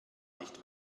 nicht